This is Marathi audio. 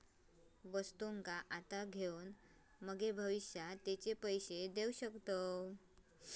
वस्तुंका आता घेऊन मगे भविष्यात तेचे पैशे देऊ शकताव